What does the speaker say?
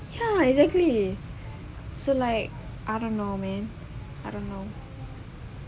ya exactly so like I don't know man I don't know